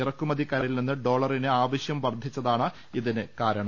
ഇറക്കുമതിക്കാരിൽ നിന്ന് ഡോളറിന് ആവശൃം വർദ്ധിച്ച താണ് ഇതിന് കാരണം